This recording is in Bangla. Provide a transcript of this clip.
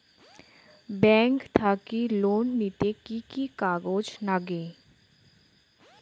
ব্যাংক থাকি লোন নিতে কি কি কাগজ নাগে?